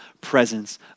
presence